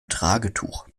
tragetuch